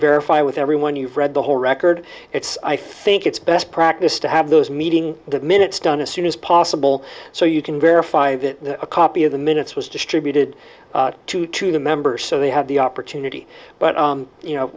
verify with everyone you've read the whole record it's i think it's best practice to have those meeting minutes done as soon as possible so you can verify that a copy of the minutes was distributed to two members so they have the opportunity but you know